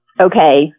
okay